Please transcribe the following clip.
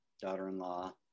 daughter-in-law